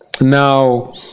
now